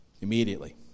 Immediately